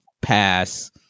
pass